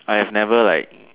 I've never like